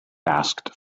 asked